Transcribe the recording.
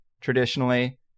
traditionally